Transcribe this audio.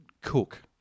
Cook